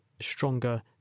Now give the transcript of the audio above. stronger